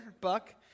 Buck